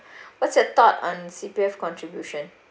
what's your thought on C_P_F contribution